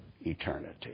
eternity